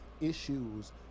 issues